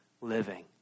living